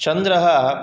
चन्द्रः